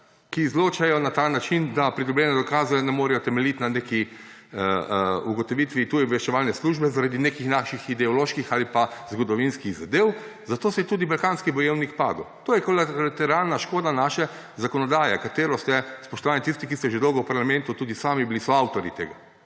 ki izločajo na ta način, da pridobljeni dokazi ne morejo temeljiti na neki ugotovitvi tuje obveščevalne službe zaradi nekih naših ideoloških ali pa zgodovinskih zadev, zato je tudi zadeva Balkanski bojevnik padla. To je kolateralna škoda naše zakonodaje, katere ste bili, spoštovani tisti, ki ste že dolgo v parlamentu, tudi sami soavtorji.